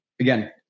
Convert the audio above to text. Again